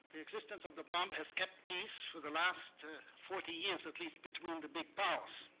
the existence of the bomb has kept peace for the last forty years, at least, between the big powers.